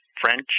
French